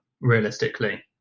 realistically